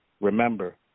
Remember